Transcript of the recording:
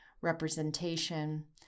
representation